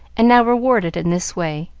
and now rewarded in this way.